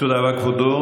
תודה רבה, כבודו.